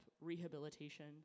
rehabilitation